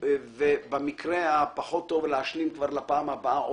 ובמקרה הפחות טוב להשלים לפעם הבאה,